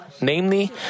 Namely